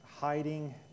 hiding